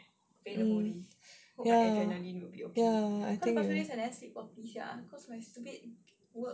mm ya ya I think